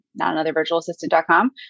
notanothervirtualassistant.com